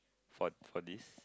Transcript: fought for this